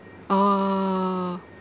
oh